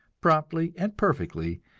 promptly and perfectly,